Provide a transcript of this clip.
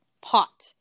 pot